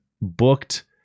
booked